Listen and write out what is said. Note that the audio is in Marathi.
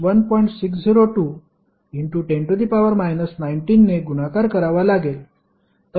60210 19 ने गुणाकार करावा लागेल